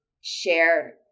share